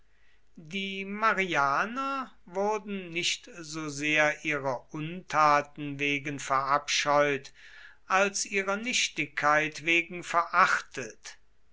die marianer wurden nicht so sehr ihrer untaten wegen verabscheut als ihrer nichtigkeit wegen verachtet